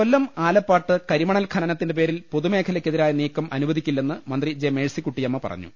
കൊല്ലം ആലപ്പാട്ട് കരിമണൽ ഖനനത്തിന്റെ പേരിൽ പൊതു മേഖലക്കെതിരായ നീക്കം അനുവദിക്കില്ലെന്ന് മന്ത്രി ജെ മേഴ്സി കുട്ടിഅമ്മ പറഞ്ഞു